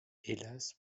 hélas